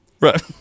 Right